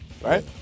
right